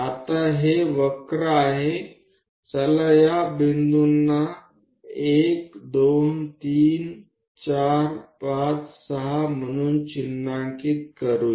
आता हे वक्र आहेत चला या बिंदूंना 1 2 3 4 5 6 म्हणून चिन्हांकित करू या